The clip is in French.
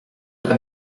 pas